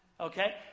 okay